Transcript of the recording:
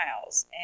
miles